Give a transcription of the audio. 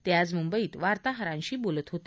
ते आज मुंबईत वार्ताहरांशी बोलत होते